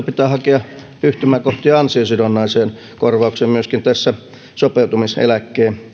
pitää hakea yhtymäkohtia ansiosidonnaiseen korvaukseen myöskin sopeutumiseläkkeen